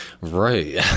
right